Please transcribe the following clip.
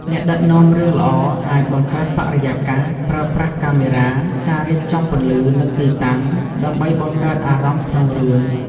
អ្នកដឹកនាំរឿងល្អអាច បង្កើតបរិយាកាស ប្រើប្រាស់កាមេរ៉ា ការរៀបចំពន្លឺ និងទីតាំង ដើម្បីបង្កើតអារម្មណ៍ក្នុងរឿង។